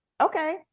Okay